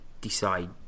decide